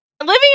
Living